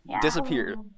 disappeared